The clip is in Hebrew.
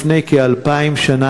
לפני כ-2,000 שנה,